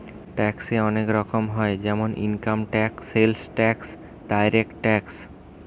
ট্যাক্সে অনেক রকম হয় যেমন income tax, sales tax, direct tax